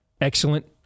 excellent